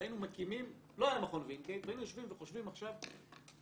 לא היה מכון וינגייט והיינו יושבים וחושבים עכשיו,